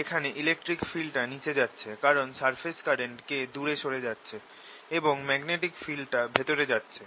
এখানে ইলেকট্রিক ফিল্ডটা নিচে যাচ্ছে সারফেস কারেন্ট K দুরে সরে যাচ্ছে এবং ম্যাগনেটিক ফিল্ডটা ভেতরে যাচ্ছে